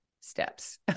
steps